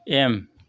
M